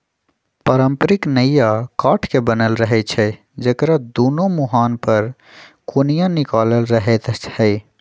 पारंपरिक नइया काठ के बनल रहै छइ जेकरा दुनो मूहान पर कोनिया निकालल रहैत हइ